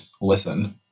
Listen